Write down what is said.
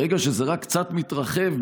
ברגע שזה רק קצת מתרחב,